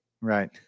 Right